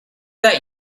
that